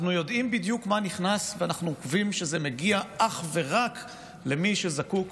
אנחנו יודעים בדיוק מה נכנס ואנחנו עוקבים שזה מגיע אך ורק למי שזקוק